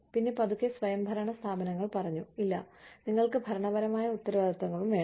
പിന്നെ പതുക്കെ സ്വയംഭരണ സ്ഥാപനങ്ങൾ പറഞ്ഞു ഇല്ല നിങ്ങൾക്ക് ഭരണപരമായ ഉത്തരവാദിത്തങ്ങളും വേണം